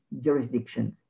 jurisdictions